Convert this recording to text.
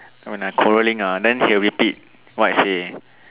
when I quarreling ah then he will repeat what I say